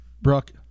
Brooke